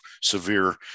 severe